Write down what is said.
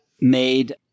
made